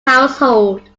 household